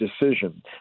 decision